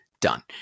done